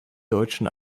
deutschen